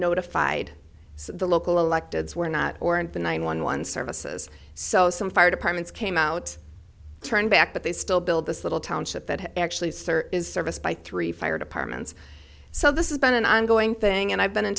notified so the local elected were not or and the nine one one services so some fire departments came out turned back but they still build this little township that actually is service by three fire departments so this is been an ongoing thing and i've been in